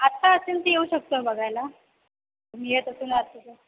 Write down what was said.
हा आत्ता असेल तर येऊ शकतो बघायला तुम्ही येत असेल आत्ता तर